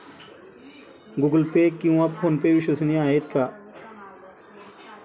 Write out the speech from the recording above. Google Pay किंवा PhonePe विश्वसनीय आहेत का?